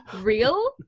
real